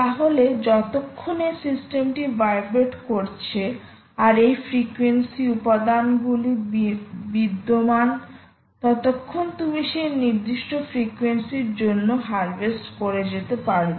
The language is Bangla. তাহলে যতক্ষণ এই সিস্টেম টি ভাইব্রেট করছে আর এই ফ্রিকুয়েন্সি উপাদানগুলি বিদ্যমান ততক্ষণ তুমি সেই নির্দিষ্ট ফ্রিকোয়েন্সির জন্য হারভেস্ট করে যেতে পারবে